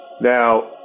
Now